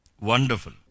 Wonderful